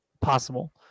possible